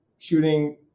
Shooting